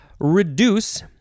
Reduce